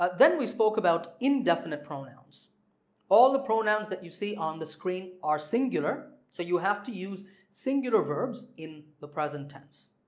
ah then we spoke about indefinite pronouns all the pronouns that you see on the screen are singular so you have to use singular verbs in the present tense.